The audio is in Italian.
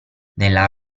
nella